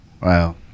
Wow